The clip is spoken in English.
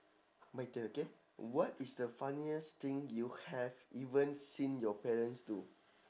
my turn okay what is the funniest thing you have even seen your parents do